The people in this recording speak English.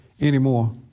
anymore